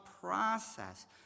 process